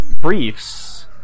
briefs